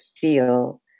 feel